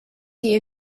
die